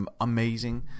amazing